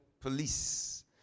Police